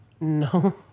No